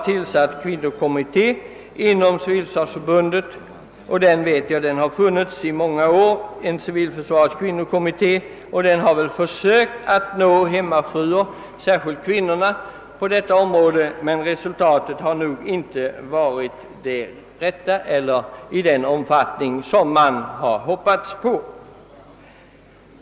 Sålunda har inom civilförsvarsförbundet tillsatts en kvinnokommitté. Jag vet att denna verkat i många år och sökt nå framför allt hemmafruarna, men resultatet har inte blivit det man hoppats på.